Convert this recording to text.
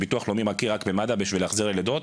ביטוח לאומי מכיר רק במד"א בשביל החזרי לידות,